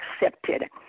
accepted